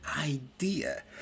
idea